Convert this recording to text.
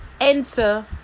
enter